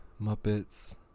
Muppets